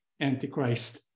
Antichrist